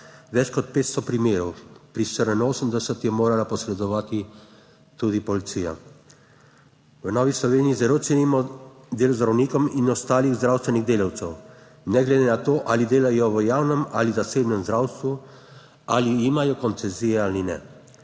več kot 500 primerov, pri 84 je morala posredovati tudi policija. V Novi Sloveniji zelo cenimo delo zdravnikov in ostalih zdravstvenih delavcev, ne glede na to, ali delajo v javnem ali zasebnem zdravstvu, ali imajo koncesije ali ne.